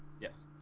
Yes